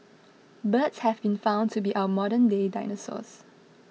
birds have been found to be our modernday dinosaurs